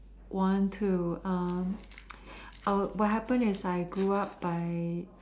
want to uh uh what happen is when I grew up I